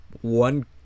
one